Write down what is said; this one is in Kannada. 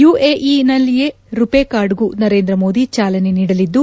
ಯುಎಇಯಲ್ಲಿಯೇ ರುತೇ ಕಾರ್ಡ್ ಗೂ ನರೇಂದ್ರ ಮೋದಿ ಚಾಲನೆ ನೀಡಲಿದ್ದು